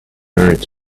earth